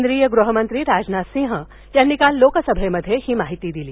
केंद्रीय गृहमंत्री राजनाथसिंह यांनी काल लोकसभेमध्ये ही माहिती दिली